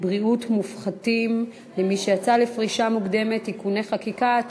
בריאות מופחתים למי שיצא לפרישה מוקדמת (תיקוני חקיקה),